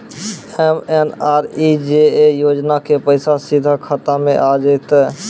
MNREGA योजना के पैसा सीधा खाता मे आ जाते?